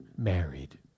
married